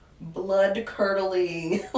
blood-curdling